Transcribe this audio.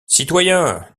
citoyen